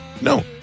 No